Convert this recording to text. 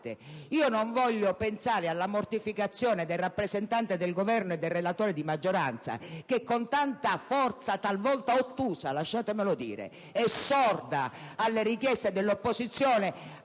Non voglio pensare alla mortificazione del rappresentante del Governo e del relatore di maggioranza che con tanta forza, talvolta ottusa - lasciatemelo dire - e sorda alle richieste dell'opposizione,